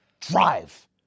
Drive